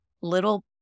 little